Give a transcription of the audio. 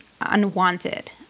unwanted